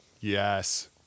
Yes